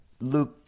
Luke